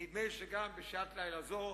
נדמה לי שגם בשעת לילה זאת,